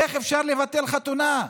איך אפשר לבטל חתונה?